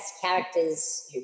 characters